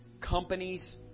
companies